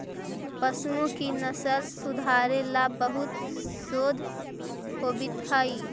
पशुओं की नस्ल सुधारे ला बहुत शोध होवित हाई